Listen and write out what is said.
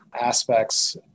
aspects